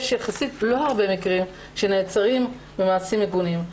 יש יחסית לא הרבה מקרים שנעצרים במעשים מגונים,